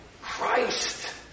Christ